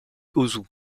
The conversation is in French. ouzou